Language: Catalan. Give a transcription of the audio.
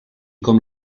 com